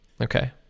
Okay